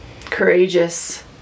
courageous